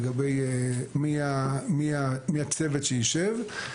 לגבי מי הצוות שיישב,